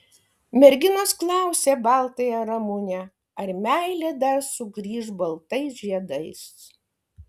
merginos klausė baltąją ramunę ar meilė dar sugrįš baltais žiedais